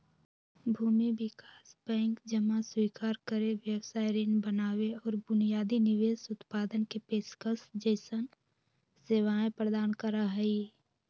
भूमि विकास बैंक जमा स्वीकार करे, व्यवसाय ऋण बनावे और बुनियादी निवेश उत्पादन के पेशकश जैसन सेवाएं प्रदान करा हई